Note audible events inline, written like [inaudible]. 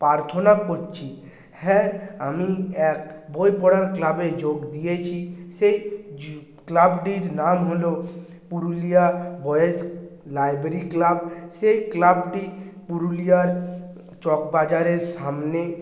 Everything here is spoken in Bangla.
প্রার্থনা করছি হ্যাঁ আমি এক বই পড়ার ক্লাবে যোগ দিয়েছি সে [unintelligible] ক্লাবটির নাম হল পুরুলিয়া বয়েজ লাইব্রেরি ক্লাব সেই ক্লাবটি পুরুলিয়ার চক বাজারের সামনে